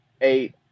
eight